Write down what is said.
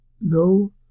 no